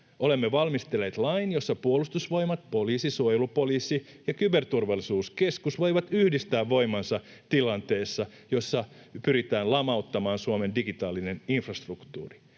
Olemme valmistelleet lain, jossa Puolustusvoimat, poliisi, suojelupoliisi ja Kyberturvallisuuskeskus voivat yhdistää voimansa tilanteessa, jossa pyritään lamauttamaan Suomen digitaalinen infrastruktuuri,